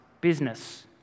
business